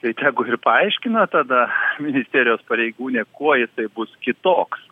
tai tegu ir paaiškina tada ministerijos pareigūnė kuo jisai bus kitoks